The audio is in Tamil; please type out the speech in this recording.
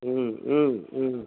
ம் ம் ம்